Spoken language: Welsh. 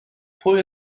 pwy